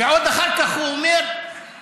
ועוד אחר כך הוא אומר שלי,